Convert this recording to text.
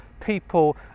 people